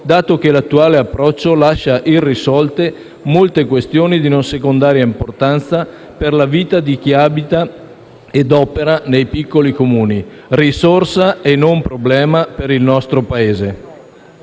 dato che l'attuale approccio lascia irrisolte molte questioni di non secondaria importanza per la vita di chi abita e opera nei piccoli Comuni, risorsa e non problema per il nostro Paese.